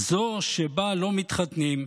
זו שבה לא מתחתנים,